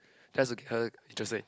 just to her interesting